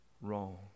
wrong